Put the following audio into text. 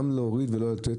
גם להוריד ולא לתת,